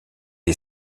est